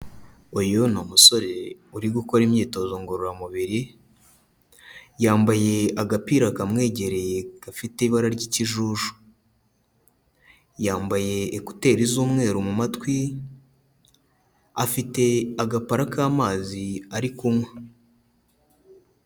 Uyu ni umusore uri gukora imyitozo ngororamubiri, yambaye agapira kamwegereye gafite ibara ry'ikijuju. Yambaye ekuteri z'umweru mu matwi, afite agapara k'amazi ari kunywa.